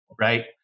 right